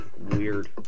weird